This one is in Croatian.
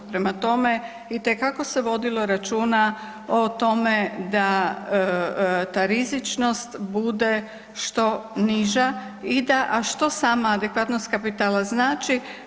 Prema tome, itekako se vodilo računa o tome da ta rizičnost bude što niža i da, a što sama adekvatnost kapitala znači?